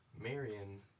Marion